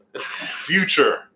Future